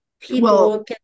people